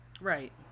Right